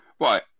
Right